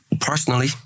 personally